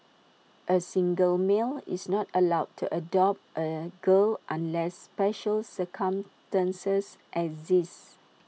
A single male is not allowed to adopt A girl unless special circumstances at this